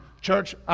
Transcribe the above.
Church